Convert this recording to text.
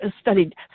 studied